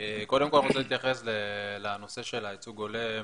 רוצה להתייחס לנושא של הייצוג ההולם,